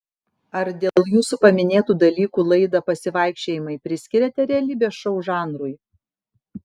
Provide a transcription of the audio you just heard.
ar dėl jūsų paminėtų dalykų laidą pasivaikščiojimai priskiriate realybės šou žanrui